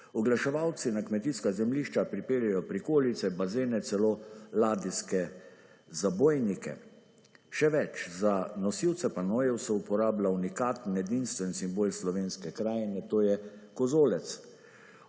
Oglaševalci na kmetijska zemljišča pripeljejo prikolice, bazene, celo ladijske zabojnike. Še več, za nosilce panojev se uporablja unikatni, edinstven simbol slovenske krajine, to je kozolec.